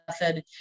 method